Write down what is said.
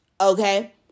okay